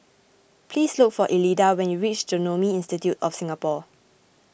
please look for Elida when you reach Genome Institute of Singapore